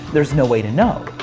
there's no way to know.